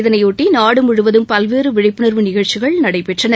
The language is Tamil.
இதனையொட்டி நாடு முழுவதும் பல்வேறு விழிப்புணர்வு நிகழ்ச்சிகள் நடைபெற்றன